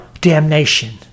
damnation